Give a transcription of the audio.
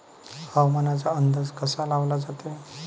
हवामानाचा अंदाज कसा लावला जाते?